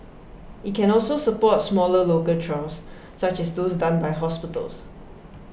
it can also support smaller local trials such as those done by hospitals